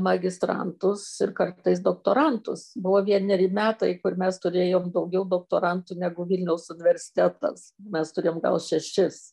magistrantus ir kartais doktorantus buvo vieneri metai kur mes turėjom daugiau doktorantų negu vilniaus universitetas mes turėjom gal šešis